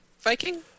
Viking